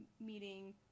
meeting